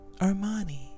Armani